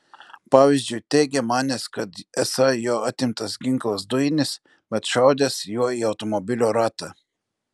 pavyzdžiui teigia manęs kad esą jo atimtas ginklas dujinis bet šaudęs juo į automobilio ratą